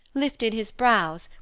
lifted his brows,